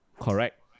Correct